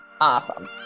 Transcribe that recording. awesome